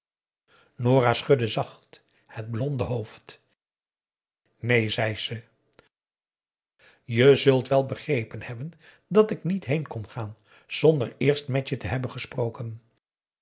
nora schudde zacht het blonde hoofd neen zei ze je zult wel begrepen hebben dat ik niet heen kon gaan zonder eerst met je te hebben gesproken